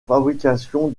fabrication